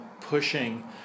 pushing